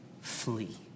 Flee